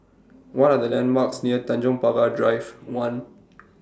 What Are The landmarks near Tanjong Pagar Drive one